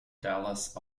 dallas